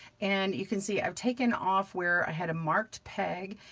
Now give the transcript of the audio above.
and you can see i've taken off where i had a marked peg,